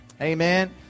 amen